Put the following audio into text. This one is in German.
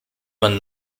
man